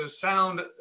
sound